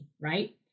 right